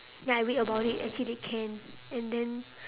then I read about it actually they can and then